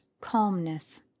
calmness